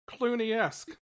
Clooney-esque